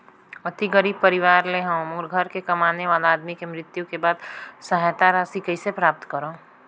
अति गरीब परवार ले हवं मोर घर के कमाने वाला आदमी के मृत्यु के बाद सहायता राशि कइसे प्राप्त करव?